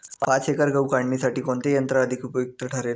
पाच एकर गहू काढणीसाठी कोणते यंत्र अधिक उपयुक्त ठरेल?